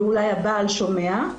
ואולי הבעל שומע.